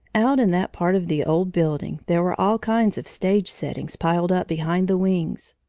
out in that part of the old building there were all kinds of stage settings piled up behind the wings.